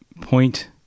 point